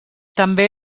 també